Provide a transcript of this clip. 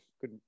good